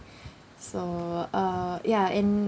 so uh ya and